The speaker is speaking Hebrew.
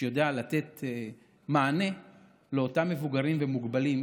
שיודע לתת מענה לאותם מבוגרים ומוגבלים.